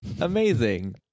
amazing